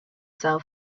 cell